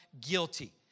guilty